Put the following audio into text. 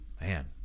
man